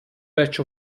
batch